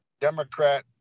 Democrat